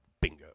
Bingo